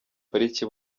pariki